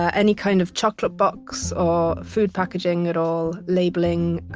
ah any kind of chocolate box or food packaging at all, labeling,